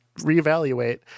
reevaluate